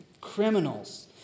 criminals